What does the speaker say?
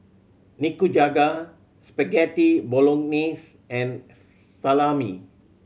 Nikujaga Spaghetti Bolognese and Salami